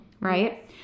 right